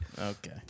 Okay